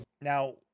Now